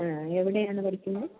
ആ എവിടെയാന്ന് പഠിക്കുന്നത്